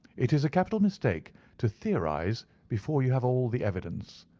it is a capital mistake to theorize before you have all the evidence.